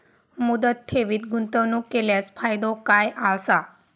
मुदत ठेवीत गुंतवणूक केल्यास फायदो काय आसा?